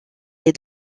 les